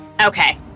Okay